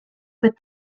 but